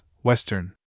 Western